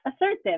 assertive